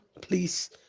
Please